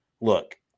Look